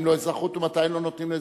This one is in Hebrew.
לו אזרחות ומתי לא נותנים לו אזרחות.